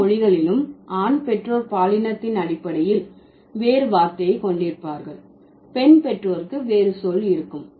எல்லா மொழிகளிலும் ஆண் பெற்றோர் பாலினத்தின் அடிப்படையில் வேறு வார்த்தையை கொண்டிருப்பார்கள் பெண் பெற்றோருக்கு வேறு சொல் இருக்கும்